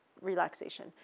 relaxation